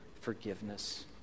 forgiveness